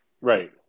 right